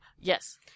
Yes